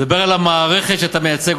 אני מדבר על המערכת שאתה מייצג,